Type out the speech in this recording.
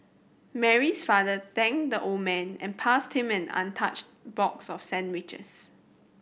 Mary's father thanked the old man and passed him an untouched box of sandwiches